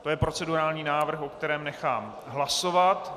To je procedurální návrh, o kterém nechám hlasovat.